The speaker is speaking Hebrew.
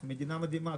אנחנו מדינה מדהימה,